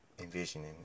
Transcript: envisioning